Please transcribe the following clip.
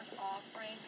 offering